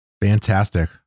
fantastic